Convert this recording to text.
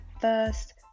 first